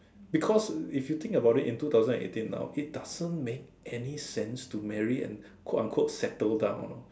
because if you think about it in two thousand and eighteen now it doesn't make any sense to marry and quote and unquote settle down